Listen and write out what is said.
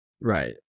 right